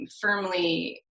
firmly